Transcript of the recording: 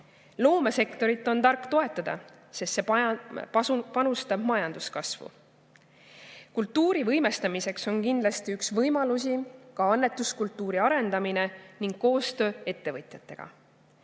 Loomesektorit on tark toetada, sest see panustab majanduskasvu. Kultuuri võimestamiseks on kindlasti üks võimalusi ka annetuskultuuri arendamine ning koostöö ettevõtjatega.